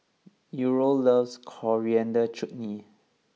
Uriel loves Coriander Chutney